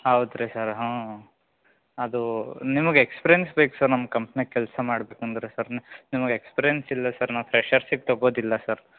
ಹೌದು ರೀ ಸರ ಹ್ಞೂ ಅದು ನಿಮ್ಗೆ ಎಕ್ಸ್ಪಿರೆನ್ಸ್ ಬೇಕು ಸರ್ ನಮ್ಮ ಕಂಪ್ನಿ ಕೆಲಸ ಮಾಡ್ಬೇಕು ಅಂದರೆ ಸರ್ ನಿಮ್ಗೆ ಎಕ್ಸ್ಪಿರೆನ್ಸ್ ಇಲ್ಲ ಸರ್ ನಾವು ಫ್ರೆಷೆರ್ಸಿಗೆ ತೊಗೋದಿಲ್ಲ ಸರ್